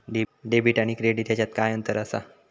Debit आणि credit ह्याच्यात काय अंतर असा?